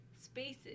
spaces